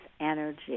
energy